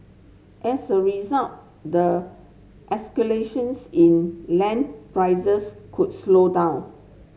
as a result the escalations in land prices could slow down